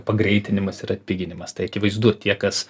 pagreitinimas ir atpiginimas tai akivaizdu tie kas